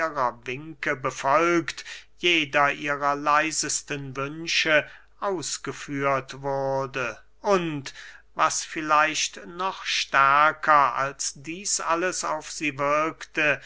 winke befolgt jeder ihrer leisesten wünsche ausgeführt wurde und was vielleicht noch stärker als dieß alles auf sie wirkte